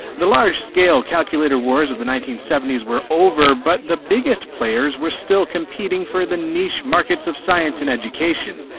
the large scale calculator wars of the nineteen seventy s were over, but the biggest players were still competing for the niche markets of science and education.